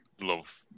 love